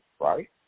right